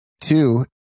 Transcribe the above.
Two